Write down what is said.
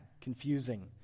confusing